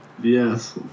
yes